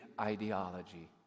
ideology